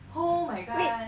oh my god